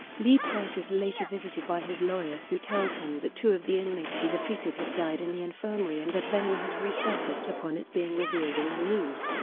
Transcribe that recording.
lee price is later visited by his lawyer who tells him that two of the inmates he defeated had died in the infirmary and that venom has resurfaced upon it being revealed in the news.